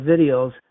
videos